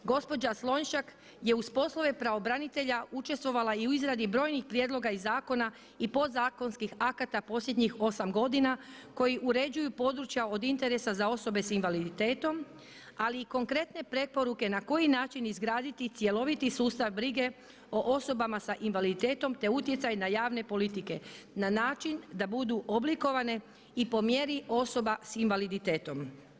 Gospođa Slonjšak je uz poslove pravobranitelja učestvovala i u izradi brojnih prijedloga i zakona i podzakonskih akata posljednjih 8 godina koji uređuju područja od interesa za osobe s invaliditetom, ali i konkretne preporuke na koji način izgraditi cjeloviti sustav brige o osobama sa invaliditetom te utjecaj na javne politike na način da budu oblikovane i po mjeri osoba s invaliditetom.